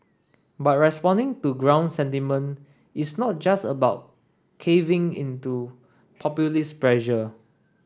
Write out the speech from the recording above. but responding to ground sentiment is not just about caving into populist pressure